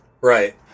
Right